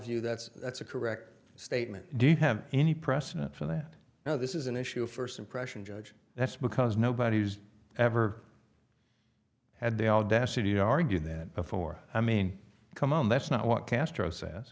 view that's that's a correct statement do you have any precedent for that now this is an issue of first impression judge that's because nobody's ever had the audacity to argue that before i mean come on that's not what castro says